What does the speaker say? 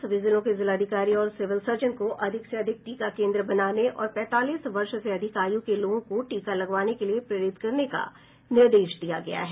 सभी जिले के जिलाधिकारी और सिविल सर्जन को अधिक से अधिक टीका केन्द्र बनाने और पैंतालीस वर्ष से अधिक आयु वर्ग के लोगों को टीका लगवाने के लिए प्रेरित करने का निर्देश दिया गया है